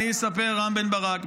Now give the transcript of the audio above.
אני אספר, רם בן ברק.